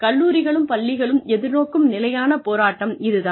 கல்லூரிகளும் பள்ளிகளும் எதிர்நோக்கும் நிலையான போராட்டம் இதுதான்